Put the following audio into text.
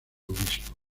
obispo